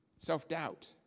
Self-doubt